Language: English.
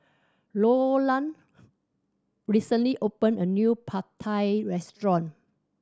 Loran recently opened a new Pad Thai Restaurant